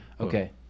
Okay